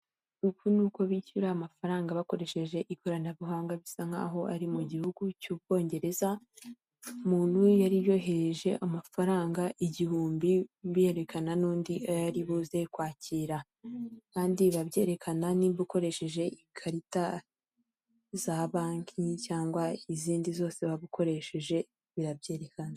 Uku ni uko bishyura amafaranga bakoresheje ikoranabuhanga bisa nk'aho ari mu gihugu cy'Ubwongereza, umuntu yari yohereje amafaranga igihumbi berekana n'undi ayo aribuze kwakira, kandi biba byerekana nimba ukoresheje ikarita za banki cyangwa izindi zose waba ukoresheje birabyerekana.